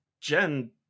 jen